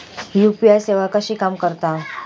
UPI सेवा कशी काम करता?